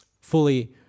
fully